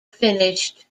finished